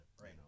right